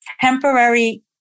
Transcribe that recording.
Temporary